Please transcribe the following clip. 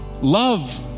Love